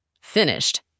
Finished